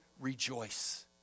rejoice